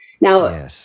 Now